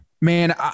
man